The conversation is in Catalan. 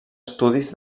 estudis